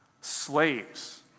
slaves